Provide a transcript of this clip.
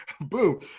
boom